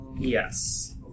Yes